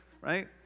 right